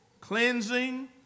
Cleansing